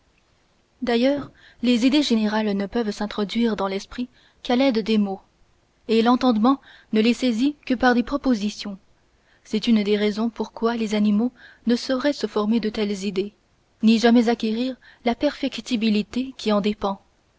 d'ailleurs les idées générales ne peuvent s'introduire dans l'esprit qu'à l'aide des mots et l'entendement ne les saisit que par des propositions c'est une des raisons pour quoi les animaux ne sauraient se former de telles idées ni jamais acquérir la perfectibilité qui en dépend